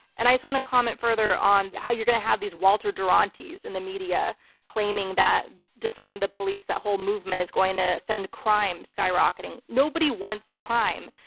and i just want to comment further on how you're going to have these walter durantys in the media claiming that defund the police, that whole movement is going to send crime skyrocketing. nobody wants crime.